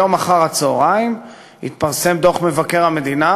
היום אחר-הצהריים יתפרסם דוח מבקר המדינה